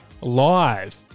live